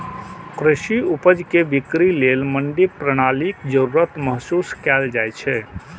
कृषि उपज के बिक्री लेल मंडी प्रणालीक जरूरत महसूस कैल जाइ छै